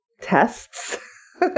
tests